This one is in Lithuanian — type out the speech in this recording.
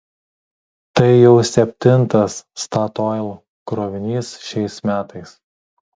tai jau septintas statoil krovinys šiais metais